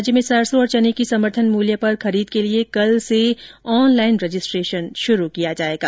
राज्य में सरसों और चने की समर्थन मूल्य पर खरीद के लिए कल से ऑनलाइन रजिस्ट्रेशन शुरू किया जाएगा